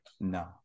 No